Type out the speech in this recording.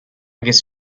guess